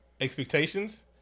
expectations